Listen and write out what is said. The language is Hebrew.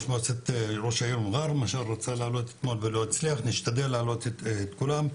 אנו נשתדל להעלות את כולם,